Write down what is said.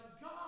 God